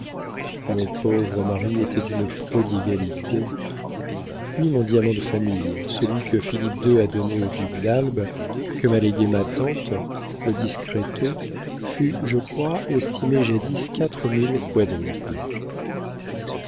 mon pauvre mari était d'une prodigalité puis mon diamant de famille celui que philippe ii a donné au duc d'albe et que m'a légué ma tante le discreto fut je crois estimé jadis quatre mille quadruples